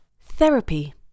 Therapy